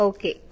Okay